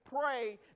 pray